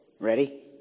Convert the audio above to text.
Ready